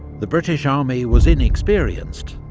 the british army was inexperienced,